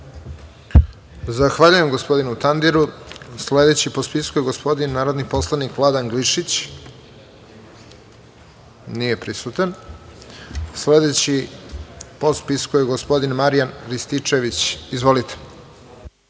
Zahvaljujem gospodinu Tandiru. Sledeći po spisku je gospodin narodni poslanik Vladan Glišić. (Nije prisutan.)Sledeći po spisku je gospodin Marijan Rističević. Izvolite.